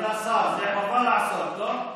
אדוני השר, את זה חובה לעשות, לא?